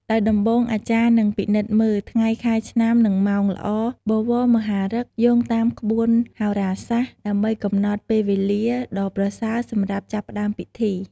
ដោយដំបូងអាចារ្យនឹងពិនិត្យមើល ថ្ងៃ ខែ ឆ្នាំ និងម៉ោងល្អ បវរមហាឫក្ស យោងតាមក្បួនហោរាសាស្ត្រ ដើម្បីកំណត់ពេលវេលាដ៏ប្រសើរសម្រាប់ចាប់ផ្តើមពិធី។